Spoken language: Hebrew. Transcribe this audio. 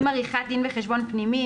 עם עריכת דין וחשבון פנימי,